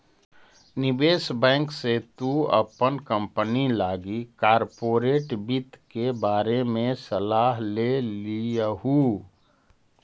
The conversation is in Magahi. निवेश बैंक से तु अपन कंपनी लागी कॉर्पोरेट वित्त के बारे में सलाह ले लियहू